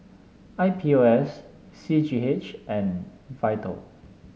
I P O S C G H and Vital